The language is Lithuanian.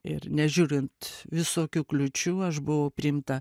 ir nežiūrint visokių kliūčių aš buvau priimta